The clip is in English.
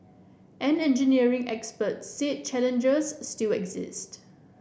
an engineering expert said challenges still exist